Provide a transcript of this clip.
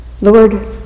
Lord